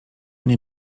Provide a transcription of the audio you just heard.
nie